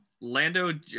lando